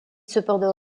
cependant